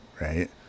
right